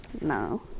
No